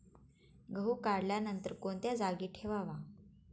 गहू काढल्यानंतर कोणत्या जागी ठेवावा?